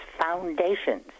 foundations